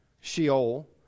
Sheol